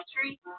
Tree